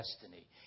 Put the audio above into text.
destiny